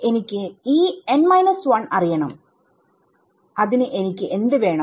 എനിക്ക് അറിയണം അതിന് എനിക്ക് എന്ത് വേണം